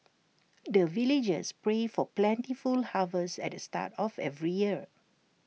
the villagers pray for plentiful harvest at the start of every year